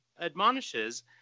admonishes